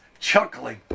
chuckling